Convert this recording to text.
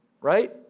right